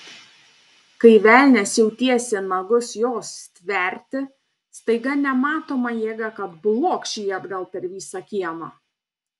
kai velnias jau tiesė nagus jos stverti staiga nematoma jėga kad blokš jį atgal per visą kiemą